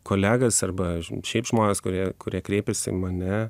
kolegas arba šiaip žmones kurie kurie kreipiasi į mane